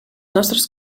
nostres